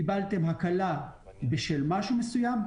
קיבלתם הקלה בשל משהו מסוים,